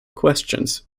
questions